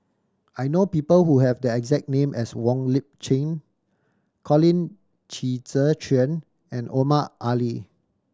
I know people who have the exact name as Wong Lip Chin Colin Qi Zhe Quan and Omar Ali